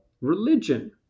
religion